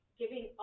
giving